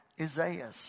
Isaiah